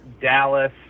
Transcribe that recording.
Dallas